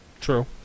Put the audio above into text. True